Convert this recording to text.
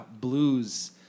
blues